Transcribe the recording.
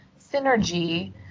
synergy